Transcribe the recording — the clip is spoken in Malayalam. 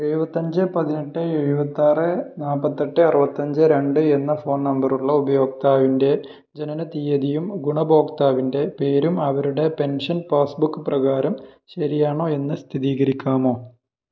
എഴുപത്തഞ്ച് പതിനെട്ട് എഴുപത്താറ് നാൽപ്പത്തെട്ട് അറുപത്തഞ്ച് രണ്ട് എന്ന ഫോൺ നമ്പർ ഉള്ള ഉപയോക്താവിൻ്റെ ജനന തീയതിയും ഗുണഭോക്താവിൻ്റെ പേരും അവരുടെ പെൻഷൻ പാസ്ബുക്ക് പ്രകാരം ശരിയാണോ എന്ന് സ്ഥിതീകരിക്കാമോ